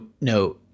no